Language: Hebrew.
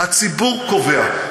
הציבור קובע.